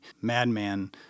Madman